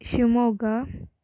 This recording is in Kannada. ಶಿವಮೊಗ್ಗ